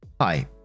hi